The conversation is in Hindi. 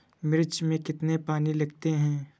मिर्च में कितने पानी लगते हैं?